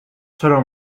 چرا